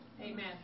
Amen